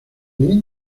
need